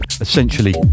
essentially